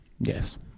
Yes